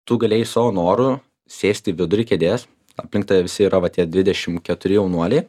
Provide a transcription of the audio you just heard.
tu galėjai savo noru sėsti į vidurį kėdės aplink tave visi yra va tie dvidešim keturi jaunuoliai